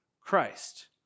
Christ